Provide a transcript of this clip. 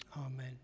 Amen